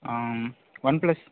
one plus